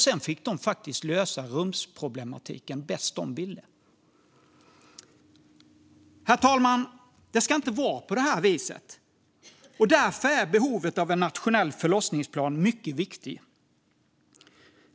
Sedan fick de faktiskt lösa rumsproblematiken bäst de ville. Herr talman! Det ska inte vara på detta vis, och därför är behovet av en nationell förlossningsplan mycket viktig.